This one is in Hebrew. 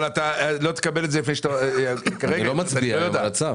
אבל אתה לא תקבל את זה לפני ש --- אני לא מצביע היום על הצו.